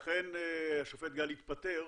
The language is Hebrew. לכן השופט גל התפטר.